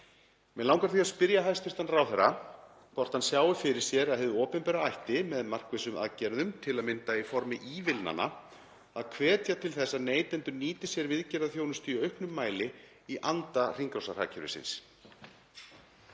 Mig langar því að spyrja hæstv. ráðherra hvort hann sjái fyrir sér að hið opinbera ætti með markvissum aðgerðum, til að mynda í formi ívilnana, að hvetja til þess að neytendur nýti sér viðgerðarþjónustu í auknum mæli í anda hringrásarhagkerfisins.